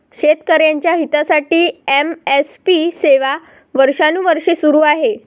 शेतकऱ्यांच्या हितासाठी एम.एस.पी सेवा वर्षानुवर्षे सुरू आहे